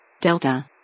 Delta